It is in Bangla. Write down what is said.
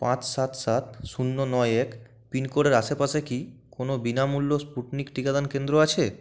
পাঁচ সাত সাত শূন্য নয় এক পিনকোডের আশেপাশে কি কোনো বিনামূল্য স্পুটনিক টিকাদান কেন্দ্র আছে